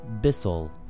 Bissell